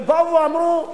ובאו ואמרו: